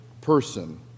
person